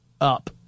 up